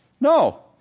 No